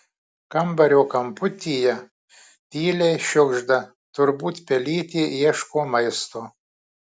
kambario kamputyje tyliai šiugžda turbūt pelytė ieško maisto